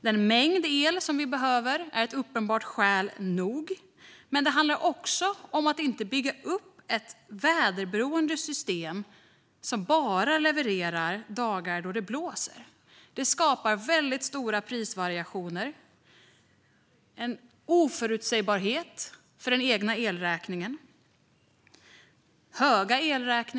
Den mängd el som vi behöver är ett uppenbart skäl nog, men det handlar också om att inte bygga upp ett väderberoende system som bara levererar under dagar då det blåser. Det skapar väldigt stora prisvariationer, en oförutsägbarhet för den egna elräkningen och höga elpriser.